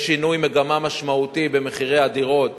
יש שינוי מגמה משמעותי במחירי הדירות